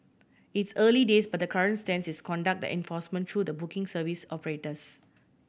it's early days but the current stance is conduct the enforcement through the booking service operators